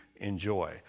enjoy